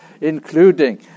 including